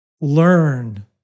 Learn